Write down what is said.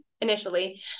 initially